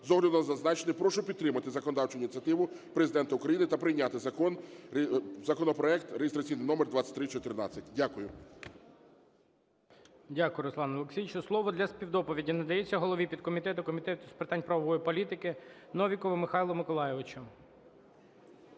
З огляду на зазначене прошу підтримати законодавчу ініціативу Президента України та прийняти законопроект (реєстраційний номер 2314). Дякую. ГОЛОВУЮЧИЙ. Дякую, Руслане Олексійовичу. Слово для співдоповіді надається голові підкомітету Комітету з питань правової політики Новікову Михайлу Миколайовичу.